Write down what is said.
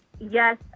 Yes